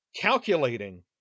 calculating